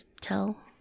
tell